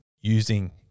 using